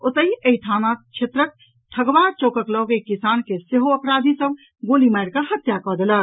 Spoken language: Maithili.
ओतहि एहि थाना क्षेत्रक ठगवा चौकक लऽग एक किसान के सेहो अपराधी सभ गोली मारिकऽ हत्या कऽ देलक